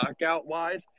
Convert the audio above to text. knockout-wise